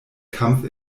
kampf